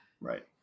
Right